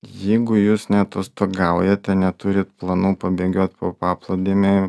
jeigu jūs neatostogaujate neturit planų pabėgiot po paplūdimį